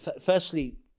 firstly